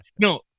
No